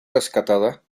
rescatada